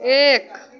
एक